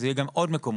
זה יהיה גם עוד מקומות,